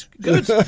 good